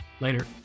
Later